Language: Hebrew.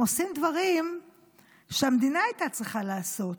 עושים דברים שהמדינה הייתה צריכה לעשות.